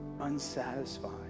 unsatisfied